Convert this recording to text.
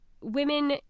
women